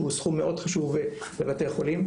שהוא סכום מאוד חשוב לבתי חולים.